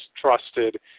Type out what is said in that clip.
trusted